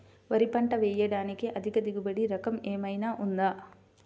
వరి పంట వేయటానికి అధిక దిగుబడి రకం ఏమయినా ఉందా?